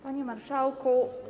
Panie Marszałku!